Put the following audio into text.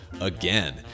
again